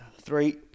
Three